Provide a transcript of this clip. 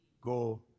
Go